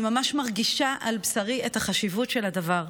אני ממש מרגישה על בשרי את החשיבות של הדבר.